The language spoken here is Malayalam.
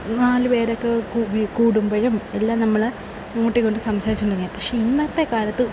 നാല് പേരൊക്കെ കൂടുമ്പോഴുമെല്ലാം നമ്മള് അങ്ങോട്ടും ഇങ്ങോട്ടും സംസാരിച്ചുകൊണ്ടിരിക്കും പക്ഷേ ഇന്നത്തെ കാലത്ത്